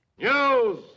News